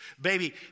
Baby